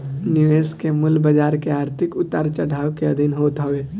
निवेश के मूल्य बाजार के आर्थिक उतार चढ़ाव के अधीन होत हवे